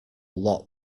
lot